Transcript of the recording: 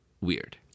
weird